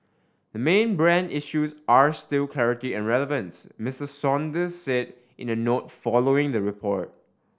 the main brand issues are still clarity and relevance Mister Saunders said in a note following the report